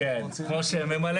אנחנו רוצים --- כמו שממלא-מקומי,